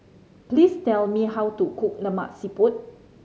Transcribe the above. please tell me how to cook Lemak Siput